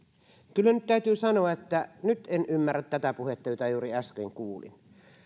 kyllä täytyy sanoa että nyt en ymmärrä tätä puhetta jota juuri äsken kuulin